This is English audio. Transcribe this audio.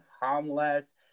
homeless